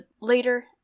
later